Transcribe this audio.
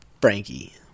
Frankie